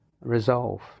resolve